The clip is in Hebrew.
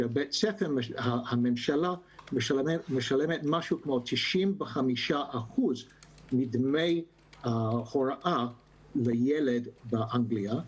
שהממשלה משלמת כ-95% מדמי ההוראה לילד באנגליה,